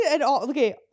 Okay